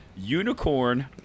Unicorn